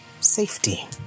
safety